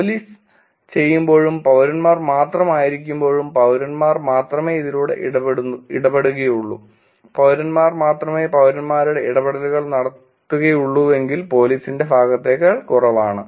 police ചെയ്യുമ്പോഴും പൌരന്മാർ മാത്രം ആയിരിക്കുമ്പോഴും പൌരന്മാർ മാത്രമേ ഇതിലൂടെ ഇടപെടുകയുള്ളൂ പൌരന്മാർ മാത്രമേ പൌരന്മാരുടെ ഇടപെടലുകൾ നടത്തുകയുള്ളൂവെങ്കിൽ പോലീസിന്റെ ഭാഗത്തേക്കാൾ കുറവാണ്